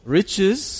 riches